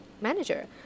manager